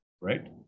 right